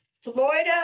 florida